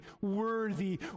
worthy